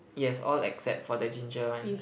yes all except for the ginger one